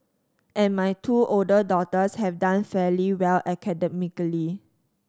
and my two older daughters had done fairly well academically